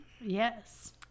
Yes